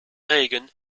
regen